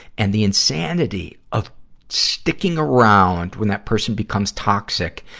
and the insanity of sticking around when that person becomes toxic,